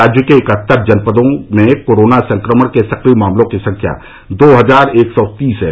राज्य के इकहत्तर जनपदों में कोरोना संक्रमण के सक्रिय मामलों की संख्या दो हजार एक सौ तीस है